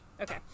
Okay